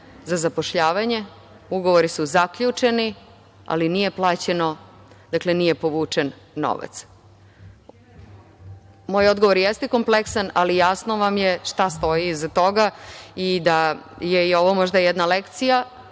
za zapošljavanje. Ugovori su zaključeni, ali nije plaćeno. Dakle, nije povučen novac. Moj odgovor jeste kompleksan, ali jasno vam je šta stoji iza toga i da je i ovo jedna lekcija